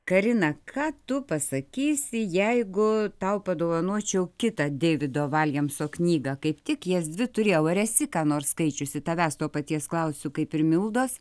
karina ką tu pasakysi jeigu tau padovanočiau kitą deivido valjamso knygą kaip tik jas dvi turėjau ar esi ką nors skaičiusi tavęs to paties klausiu kaip ir mildos